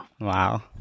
wow